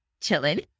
chilling